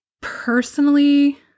personally